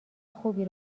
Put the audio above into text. خوبی